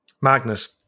Magnus